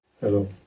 hello